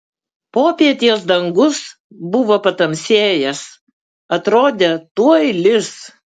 popietės dangus buvo patamsėjęs atrodė tuoj lis